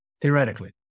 theoretically